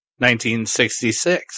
1966